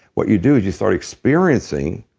what you do is you start experiencing,